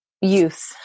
use